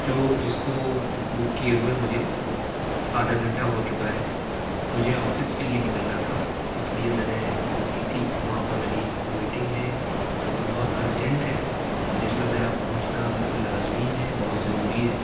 جو جس کو بک کیے ہوئے مجھے آدھا گھنٹہ ہو چکا ہے مجھے آفس کے لیے نکلنا تھا اس لیے میں نے بک کی تھی وہاں پر میری میٹنگ ہے جو کہ بہت ارجنٹ ہے اور جس میں میرا پہنچنا بالکل لازمی ہے بہت ضروری ہے